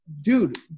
Dude